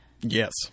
Yes